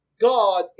God